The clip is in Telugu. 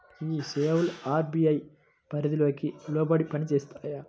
ఈ సేవలు అర్.బీ.ఐ పరిధికి లోబడి పని చేస్తాయా?